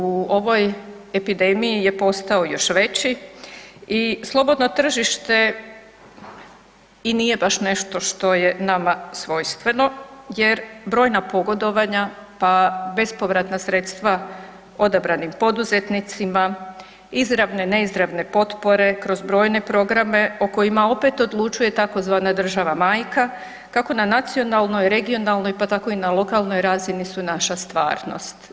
U ovoj epidemiji je posao još veći i slobodno tržište i nije baš nešto što je nama svojstveno jer brojna pogodovanja, pa bespovratna sredstva odabranim poduzetnicima, izravne, neizravne potpore, kroz brojne programe, o kojima opet odlučuje, tzv. država majka, kako na nacionalnoj, regionalnoj, pa tako i na lokalnoj razini su naša stvarnost.